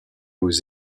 aux